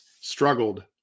struggled